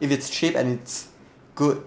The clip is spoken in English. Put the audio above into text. if it's cheap and it's good